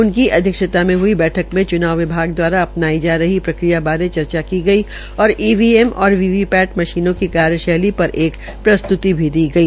उनकी अध्यक्षता मे हुई बैठक में च्नाव विभाग द्वारा अपनाई जा रही प्रक्रिया बारे चर्चा की गई और ईवीएम और वीवी पैट मशीनों की कार्यशैली पर एक प्रस्त्र्ति भी दी गई